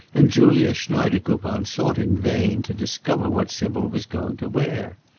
and julia schneidekoupon sought in vain to discover what sybil was going to wear.